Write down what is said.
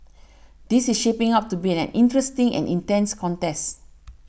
this is shaping up to be an interesting and intense contest